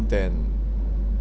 than